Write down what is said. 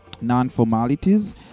non-formalities